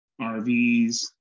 RVs